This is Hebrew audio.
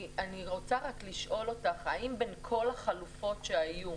אני רוצה לשאול אותך האם בין כל החלופות שהיו,